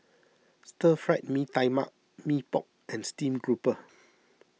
Stir Fried Mee Tai Mak Mee Pok and Steamed Grouper